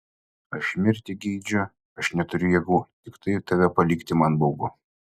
aš mirti geidžiu aš neturiu jėgų tiktai tave palikti man baugu